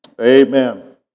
Amen